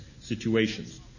situations